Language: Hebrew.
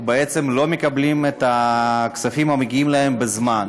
ולא מקבלים את הכספים המגיעים להם בזמן.